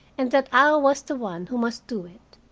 and that i was the one who must do it.